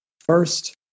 first